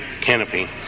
canopy